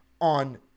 on